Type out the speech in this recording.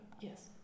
Yes